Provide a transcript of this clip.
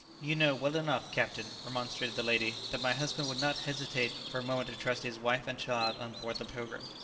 you know well enough, captain, remonstrated the lady that my husband would not hesitate for a moment to trust his wife and child on board the pilgrim.